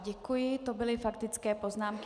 Děkuji, to byly faktické poznámky.